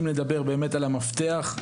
שאם נדבר באמת על המפתח,